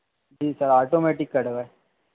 जी sir automatic cut गए